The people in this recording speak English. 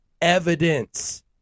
evidence